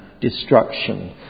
destruction